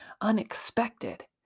unexpected